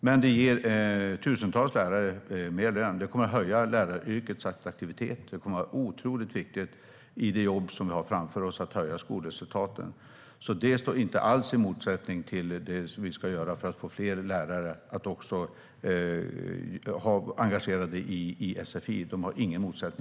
Detta ger tusentals lärare mer i lön. Det kommer att höja läraryrkets attraktivitet, och det kommer att vara oerhört viktigt i det jobb som vi har framför oss när det gäller att höja skolresultaten. Det står alltså över huvud taget inte i någon motsättning till det vi ska göra för att få fler lärare engagerade i sfi.